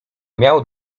miał